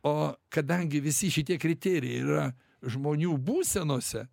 o kadangi visi šitie kriterijai yra žmonių būsenose